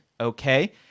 okay